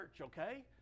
okay